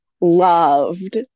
loved